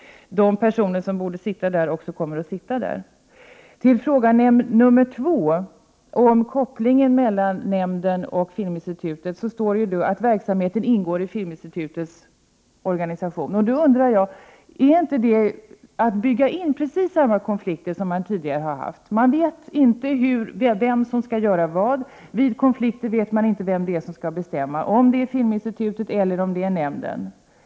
De personer som bör ingå i den kommer också att göra det. På min andra fråga, om kopplingen mellan Visningsnämnden och Filminstitutet, svarar Bengt Göransson att verksamheten ingår i Filminstitutets organisation. Är inte det att bygga in precis samma konflikter som man tidigare har haft? Man vet inte vem som skall göra vad. Vid konflikter vet man inte vem som skall bestämma, Filminstitutet eller Visningsnämnden.